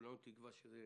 כולנו תקווה שזה